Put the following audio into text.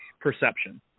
perception